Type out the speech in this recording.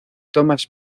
thomas